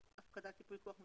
הפקדת ייפוי כוח מתמשך,